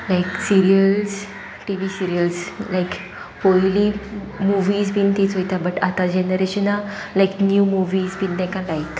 लायक serials TV serials like पयली movies बीन तीच चोयता बट आतां जनरेशना लायक नीव मुवीज बीन तांकां लायक